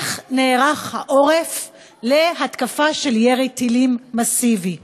איך נערך העורף להתקפה של ירי טילים מסיבי,